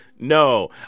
No